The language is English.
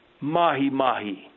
mahi-mahi